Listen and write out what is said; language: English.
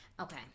okay